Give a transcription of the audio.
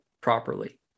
properly